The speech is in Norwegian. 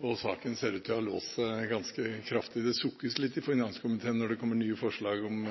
fronter. Saken ser ut til å ha låst seg ganske kraftig. Det sukkes litt i finanskomiteen når det kommer nye forslag om